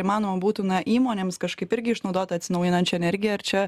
įmanoma būtų na įmonėms kažkaip irgi išnaudot atsinaujinančią energiją ar čia